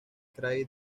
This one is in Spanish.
krai